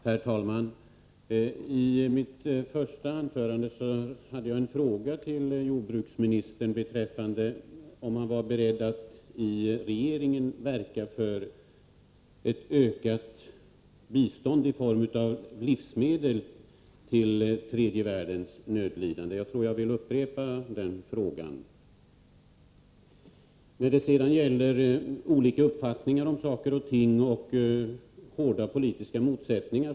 Herr talman! I mitt första anförande ställde jag en fråga till jordbruksministern, om han var beredd att i regeringen verka för ett ökat bistånd i form av livsmedel till tredje världens nödlidande. Jag vill upprepa den frågan. Här har talats om olika uppfattningar om saker och ting och hårda politiska motsättningar.